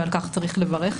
ועל כך צריך לברך.